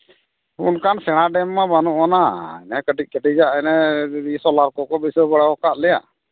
ᱚᱱᱠᱟᱱ ᱥᱮᱬᱟ ᱰᱮᱢ ᱢᱟ ᱵᱟᱹᱱᱩᱜᱼᱟᱱᱟ ᱤᱱᱟᱹ ᱠᱟᱹᱴᱤᱡᱼᱠᱟᱹᱴᱤᱡᱟᱜ ᱮᱱᱮ ᱢᱤᱱᱤ ᱥᱳᱞᱟᱨ ᱠᱚᱠᱚ ᱵᱟᱹᱭᱥᱟᱹᱣ ᱵᱟᱲᱟᱣᱟᱠᱟᱜ ᱞᱮᱭᱟ